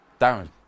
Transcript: Darren